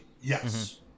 Yes